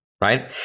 right